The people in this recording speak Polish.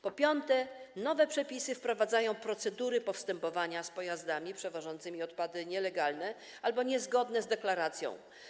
Po piąte, nowe przepisy wprowadzają procedury postępowania z pojazdami przewożącymi odpady nielegalne albo niezgodne z deklaracją.